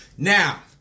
Now